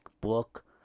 book